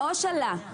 העו"ש עלה.